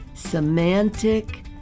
Semantic